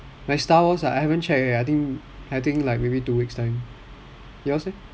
my ah I haven't check eh I think like maybe two weeks time yours leh